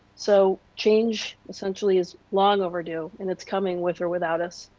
so, change essentially is long overdue, and it's coming, with or without us.